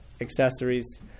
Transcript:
accessories